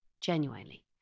Genuinely